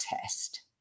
test